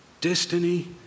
destiny